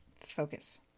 focus